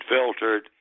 filtered